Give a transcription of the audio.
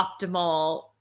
optimal